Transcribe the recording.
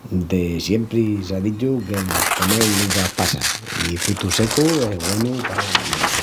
De siempri s'á dichu que’l comel uvas passas i frutus secus es güenu pala memoria.